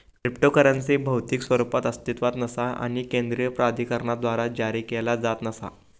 cryptocurrency भौतिक स्वरूपात अस्तित्वात नसा आणि केंद्रीय प्राधिकरणाद्वारा जारी केला जात नसा